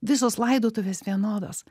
visos laidotuvės vienodos